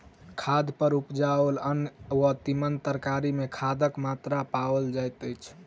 खाद पर उपजाओल अन्न वा तीमन तरकारी मे खादक मात्रा पाओल जाइत अछि